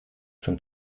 zum